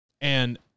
And-